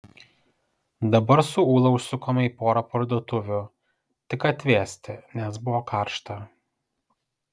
dabar su ūla užsukome į porą parduotuvių tik atvėsti nes buvo karšta